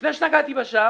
לפני שנגעתי בשאר,